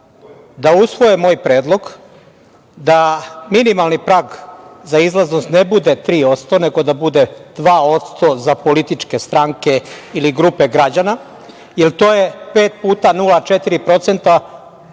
da usvoje moj predlog da minimalni prag za izlaznost ne bude 3% nego da bude 2% za političke stranke ili grupe građana jer to je pet puta 0,4%